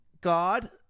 God